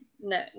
no